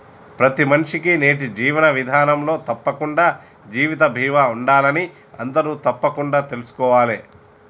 ప్రతి మనిషికీ నేటి జీవన విధానంలో తప్పకుండా జీవిత బీమా ఉండాలని అందరూ తప్పకుండా తెల్సుకోవాలే